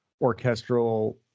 orchestral